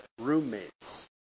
roommates